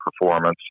performance